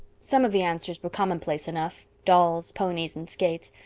some of the answers were commonplace enough. dolls, ponies, and skates.